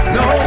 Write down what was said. no